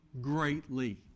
greatly